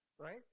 Right